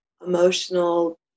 emotional